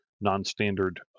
non-standard